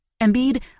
Embiid